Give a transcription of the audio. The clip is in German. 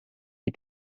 sie